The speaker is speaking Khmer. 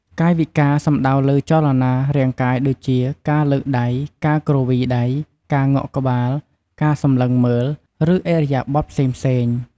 កាយវិការ សំដៅលើចលនារាងកាយដូចជា ការលើកដៃ ការគ្រវីដៃ ការងក់ក្បាល ការសម្លឹងមើល ឬឥរិយាបថផ្សេងៗ។